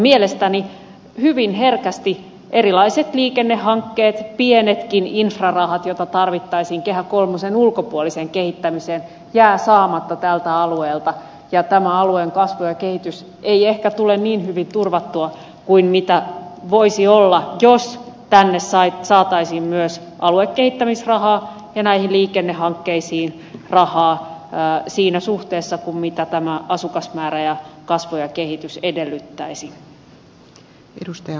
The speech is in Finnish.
mielestäni hyvin herkästi erilaiset liikennehankkeet pienetkin infrarahat joita tarvittaisiin kehä kolmosen ulkopuoliseen kehittämiseen jäävät saamatta tältä alueelta ja tämän alueen kasvu ja kehitys ei ehkä tule niin hyvin turvattua kuin voisi olla jos tänne saataisiin myös aluekehittämisrahaa ja näihin liikennehankkeisiin rahaa siinä suhteessa kuin tämä asukasmäärä ja kasvu ja kehitys edellyttäisivät